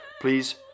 Please